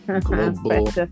global